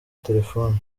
telefoni